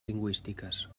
lingüístiques